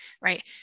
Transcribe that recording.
right